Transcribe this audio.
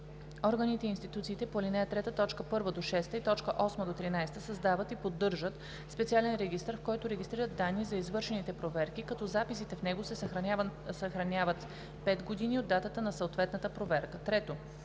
Органите и институциите по ал. 3, т. 1 – 6 и т. 8 – 13 създават и поддържат специален регистър, в който регистрират данни за извършените проверки, като записите в него се съхраняват 5 години от датата на съответната проверка.“ 3.